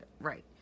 Right